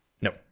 No